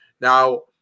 Now